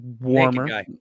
warmer